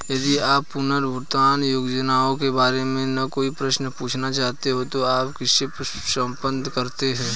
यदि आप पुनर्भुगतान योजनाओं के बारे में कोई प्रश्न पूछना चाहते हैं तो आप किससे संपर्क करते हैं?